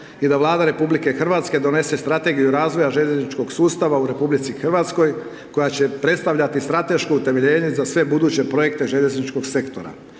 i da Vlada RH donese strategiju razvoja željezničkog sustava u RH koja će predstavljati strateško utemeljenje za sve buduće projekte željezničkog sektora,